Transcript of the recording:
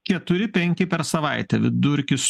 keturi penki per savaitę vidurkis